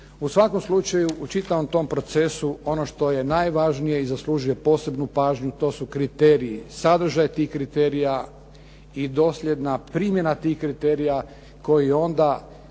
U svakom slučaju, u čitavom tom procesu ono što je najvažnije i zaslužuje posebnu pažnju, to su kriteriji, sadržaj tih kriterija i dosljedna primjena tih kriterija koji onda